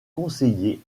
conseiller